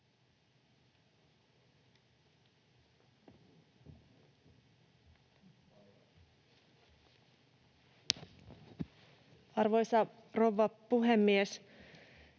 Arvoisa rouva puhemies!